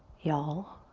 y'all.